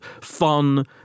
fun